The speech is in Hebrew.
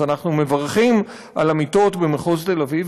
אז אנחנו מברכים על המיטות במחוז תל-אביב,